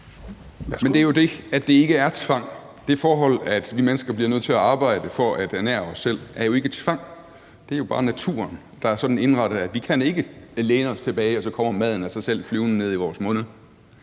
Det er jo det, at det ikke er tvang. Det forhold, at vi mennesker bliver nødt til at arbejde for at ernære os selv, er jo ikke tvang. Det er jo bare naturen, der er sådan indrettet, at vi ikke kan læne os tilbage, og så kommer maden af sig selv flyvende ned i vores munde.